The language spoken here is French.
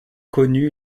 connu